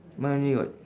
mine only got